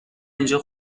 اینجا